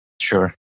Sure